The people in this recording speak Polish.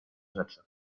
rzeczy